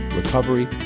recovery